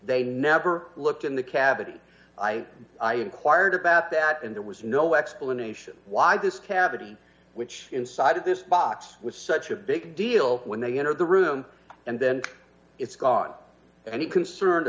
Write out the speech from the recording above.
they never looked in the cavity i inquired about that and there was no explanation why this cavity which inside this box was such a big deal when they enter the room and then it's gone and it concerned